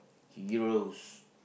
heroes